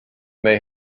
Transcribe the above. may